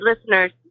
listeners